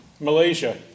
Malaysia